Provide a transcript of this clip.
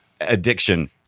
addiction